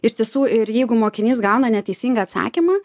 iš tiesų ir jeigu mokinys gauna neteisingą atsakymą